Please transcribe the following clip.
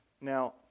Now